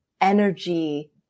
energy